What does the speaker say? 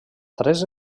tres